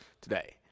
today